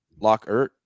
Lockert